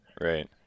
Right